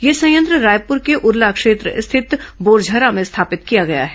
यह संयंत्र रायपुर के उरला क्षेत्र स्थित बोरझरा में स्थापित किया गया है